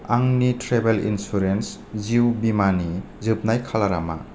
आंनि travel insurance जिउ बीमानि जोबनाय खालारा मा